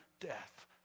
death